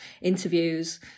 interviews